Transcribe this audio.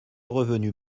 revenu